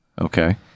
Okay